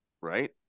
right